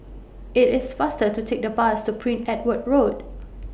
IT IS faster to Take The Bus to Prince Edward Road